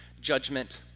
judgment